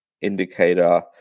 indicator